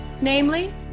namely